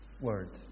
word